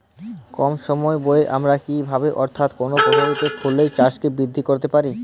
কম সময় ব্যায়ে আমরা কি ভাবে অর্থাৎ কোন পদ্ধতিতে ফুলের চাষকে বৃদ্ধি করতে পারি?